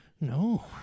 No